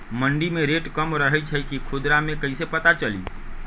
मंडी मे रेट कम रही छई कि खुदरा मे कैसे पता चली?